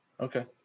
okay